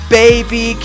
baby